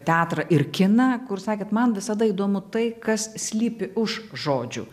teatrą ir kiną kur sakėt man visada įdomu tai kas slypi už žodžių